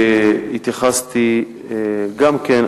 התייחסתי גם כן.